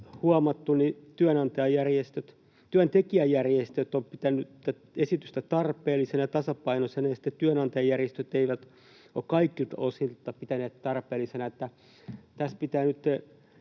huomattu, työntekijäjärjestöt ovat pitäneet esitystä tarpeellisena ja tasapainoisena ja sitten työnantajajärjestöt eivät ole kaikilta osin pitäneet tätä tarpeellisena.